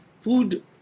food